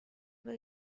will